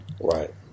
Right